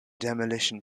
demolition